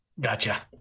Gotcha